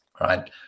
right